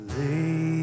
lay